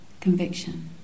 conviction